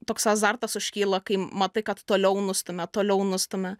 toks azartas užkyla kai matai kad toliau nustumia toliau nustumia